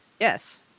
Yes